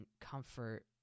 comfort